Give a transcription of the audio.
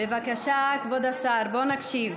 בבקשה, כבוד השר, בוא נקשיב.